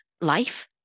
life